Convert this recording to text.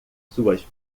suas